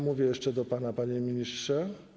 Mówię jeszcze do pana, panie ministrze.